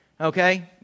Okay